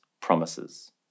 promises